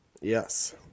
Yes